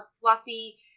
fluffy